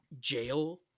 Jail